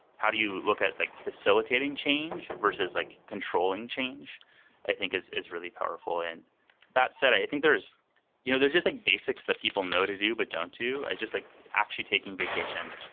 how do you look at like facilitating change versus like controlling change i think is is really powerful? and that said, i think there's you know there's just like basics that people know to do but don't to. just like actually taking vacation,